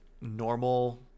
normal